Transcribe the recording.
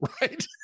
right